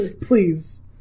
Please